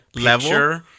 level